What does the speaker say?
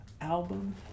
album